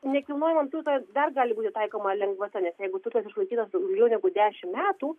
nekilnojamam turtui dar gali būti taikoma lengvata nes jeigu turtas išlaikytas daugiau negu dešimt metų